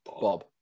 Bob